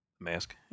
Mask